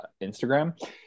Instagram